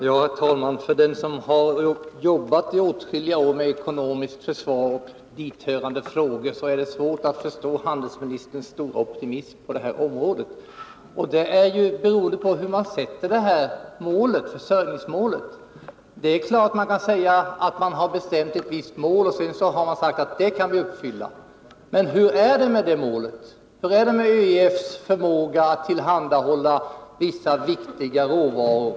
Herr talman! För den som har jobbat i åtskilliga år med ekonomiskt försvar och hithörande frågor är det svårt att förstå handelsministerns stora optimism på det här området. Resonemanget är ju beroende på hur man sätter försörjningsmålet. Det är klart att man kan hävda att man har satt upp ett visst mål och att man kan uppfylla just det målet. Men hur högt har man satt målet? Hur är det med ÖEF:s förmåga att tillhandahålla vissa viktiga råvaror?